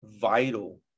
vital